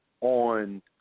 on